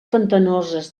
pantanoses